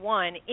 one